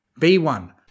B1